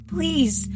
Please